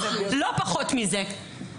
לא פחות מזה.